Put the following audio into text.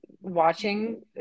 watching